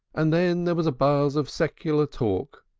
and then there was a buzz of secular talk,